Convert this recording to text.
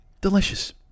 delicious